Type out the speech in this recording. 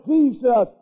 Jesus